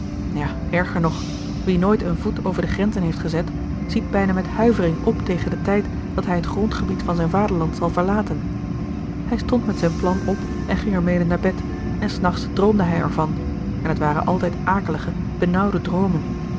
ja erger nog wie nooit een voet over de grenzen heeft gezet ziet bijna met huivering op tegen den tijd dat hij het grondgebied van zijn vaderland zal verlaten hij stond met zijn plan op en ging er mede naar bed en s nachts droomde hij er van en t waren altijd akelige benauwde droomen